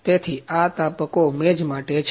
તેથી આ તાપકો મેજ માટે છે